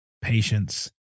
patience